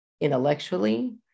intellectually